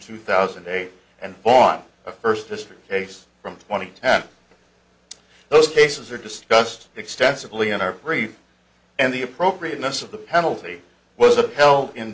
two thousand and eight and on a first district case from twenty ten those cases are discussed extensively in our brief and the appropriateness of the penalty was upheld in